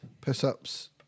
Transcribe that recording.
push-ups